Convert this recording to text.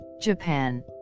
Japan